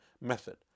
method